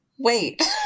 Wait